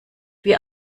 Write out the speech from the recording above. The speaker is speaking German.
wie